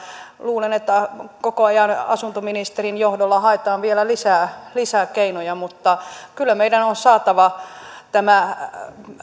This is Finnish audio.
luulen että koko ajan asuntoministerin johdolla haetaan vielä lisää lisää keinoja mutta kyllä meidän on on saatava katkaisu tähän